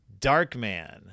Darkman